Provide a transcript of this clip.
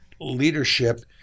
Leadership